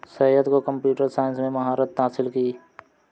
सैयद को computer science में महारत हासिल है